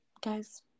guys